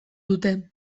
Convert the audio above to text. dute